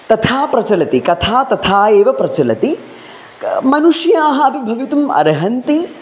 तथा प्रचलति कथा तथा एव प्रचलति मनुष्याः अपि भवितुम् अर्हन्ति